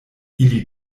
ili